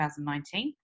2019